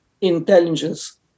intelligence